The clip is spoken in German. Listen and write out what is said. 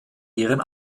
deren